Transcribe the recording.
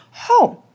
home